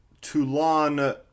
Toulon